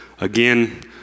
again